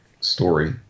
story